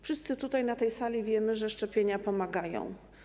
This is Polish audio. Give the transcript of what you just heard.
Wszyscy na tej sali wiemy, że szczepienia pomagają.